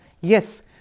Yes